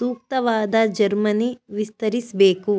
ಸೂಕ್ತವಾದ ಜಮೀನು ವಿಸ್ತರಿಸ್ಬೇಕು